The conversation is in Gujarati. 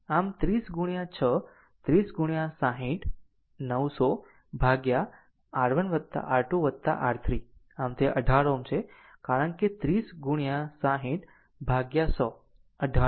આમ 30 ગુણ્યા 6 30 ગુણ્યા 60 900 R1 R2 R3 આમ તે 18 Ω છે કારણ કે 30 ગુણ્યા 60 વિભાજિત 100 18 Ω